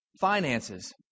finances